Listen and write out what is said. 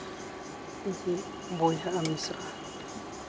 ᱡᱮ ᱵᱚᱭᱦᱟ ᱟᱨ ᱢᱤᱥᱨᱟ